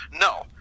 No